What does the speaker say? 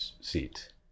seat